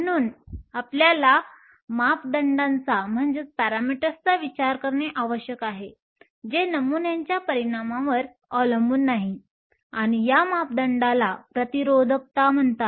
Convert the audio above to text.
म्हणून आपल्याला मापदंडांचा विचार करणे आवश्यक आहे जे नमुन्याच्या परिमाणांवर अवलंबून नाही आणि या मापदंडांला प्रतिरोधकता म्हणतात